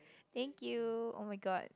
thank you oh-my-god